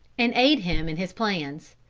and aid him in his plans.